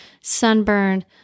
sunburned